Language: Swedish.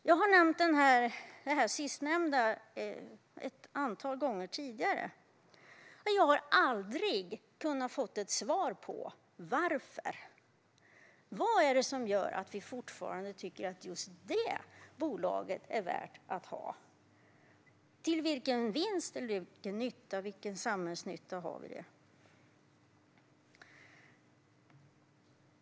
Det sistnämnda har jag talat om ett antal gånger tidigare, men jag har aldrig kunnat få ett svar på vad det är som gör att vi fortfarande tycker att just detta bolag är värt att ha. Till vilken vinst och till vilken samhällsnytta har vi det?